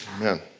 Amen